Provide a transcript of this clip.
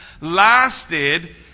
lasted